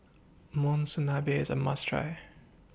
Monsunabe IS A must Try